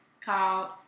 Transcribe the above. called